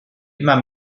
immer